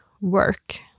work